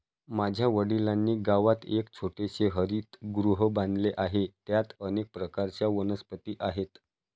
माझ्या वडिलांनी गावात एक छोटेसे हरितगृह बांधले आहे, त्यात अनेक प्रकारच्या वनस्पती आहेत